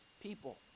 people